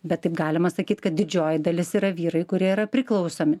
bet taip galima sakyti kad didžioji dalis yra vyrai kurie yra priklausomi